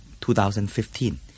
2015